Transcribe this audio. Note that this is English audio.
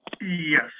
Yes